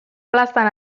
plazan